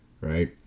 right